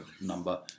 number